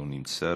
לא נמצא,